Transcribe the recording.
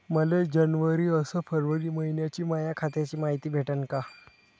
मले जनवरी अस फरवरी मइन्याची माया खात्याची मायती भेटन का?